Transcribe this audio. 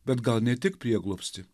bet gal ne tik prieglobstį